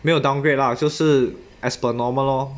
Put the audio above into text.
没有 downgrade lah 就是 as per normal lor